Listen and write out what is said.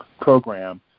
program